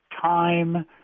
time